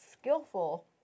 skillful